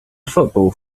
football